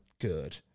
good